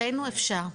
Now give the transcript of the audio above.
אצלנו אפשר.